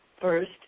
First